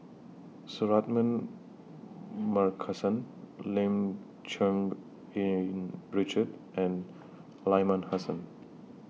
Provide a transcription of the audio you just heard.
Suratman Markasan Lim Cherng Yih Richard and Aliman Hassan